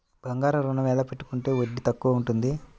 బంగారు ఋణం ఎలా పెట్టుకుంటే వడ్డీ తక్కువ ఉంటుంది?